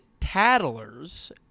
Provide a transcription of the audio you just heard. tattlers